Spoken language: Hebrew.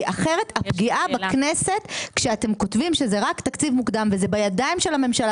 אחרת הפגיעה בכנסת כשאתם כותבים שזה רק תקציב מוקדם וזה בידיים של הממשלה